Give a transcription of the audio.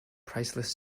priceless